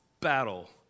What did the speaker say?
battle